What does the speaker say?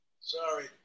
Sorry